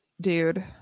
dude